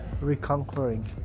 reconquering